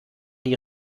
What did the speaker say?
die